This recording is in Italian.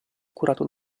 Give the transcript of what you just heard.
curato